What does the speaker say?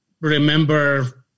remember